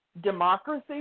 democracy